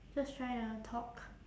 just trying to talk